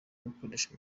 gukoresha